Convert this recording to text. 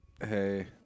Hey